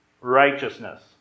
righteousness